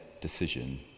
decision